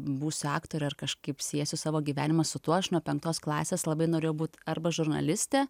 būsiu aktore ar kažkaip siesiu savo gyvenimą su tuo aš nuo penktos klasės labai norėjau būt arba žurnalistė